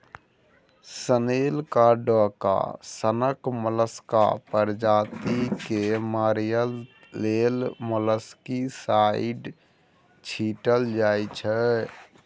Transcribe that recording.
snail आ डोका सनक मोलस्का प्रजाति केँ मारय लेल मोलस्कीसाइड छीटल जाइ छै